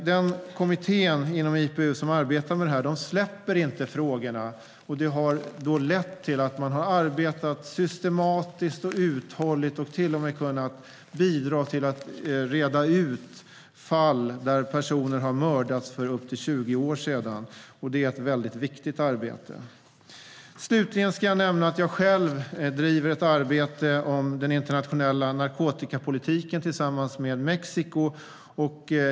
Den kommitté inom IPU som arbetar med dessa frågor släpper inte frågorna, och det har lett till att man har arbetat systematiskt och uthålligt och har kunnat bidra till att reda ut fall där personer har mördats för upp till 20 år sedan. Det är ett viktigt arbete. Slutligen ska jag nämna att jag själv driver ett arbete om den internationella narkotikapolitiken tillsammans med Mexiko.